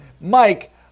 mike